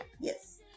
yes